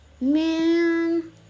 man